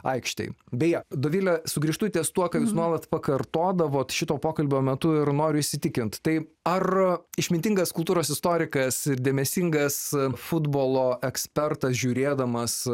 aikštėj beje dovile sugrįžtu ties tuo ką jūs nuolat pakartodavot šito pokalbio metu ir noriu įsitikinti tai ar išmintingas kultūros istorikas ir dėmesingas futbolo ekspertas žiūrėdamas